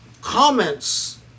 comments